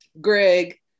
Greg